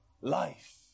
life